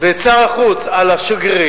ואת שר החוץ על השגרירים,